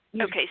Okay